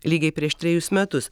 lygiai prieš trejus metus